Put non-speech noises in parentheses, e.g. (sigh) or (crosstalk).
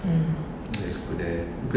mm (noise)